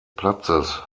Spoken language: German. platzes